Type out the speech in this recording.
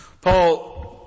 Paul